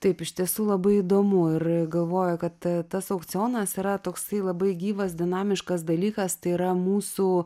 taip iš tiesų labai įdomu ir galvoju kad tas aukcionas yra toksai labai gyvas dinamiškas dalykas tai yra mūsų